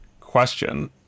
question